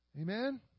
Amen